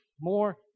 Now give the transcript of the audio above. more